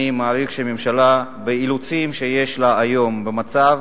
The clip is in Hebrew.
אני מעריך שהממשלה, באילוצים שיש לה היום, במצב